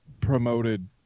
promoted